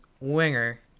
winger